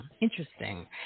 interesting